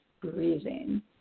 breathing